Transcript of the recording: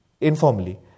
Informally